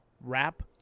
wrap